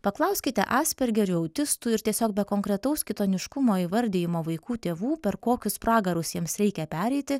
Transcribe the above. paklauskite aspergerių autistų ir tiesiog be konkretaus kitoniškumo įvardijimo vaikų tėvų per kokius pragarus jiems reikia pereiti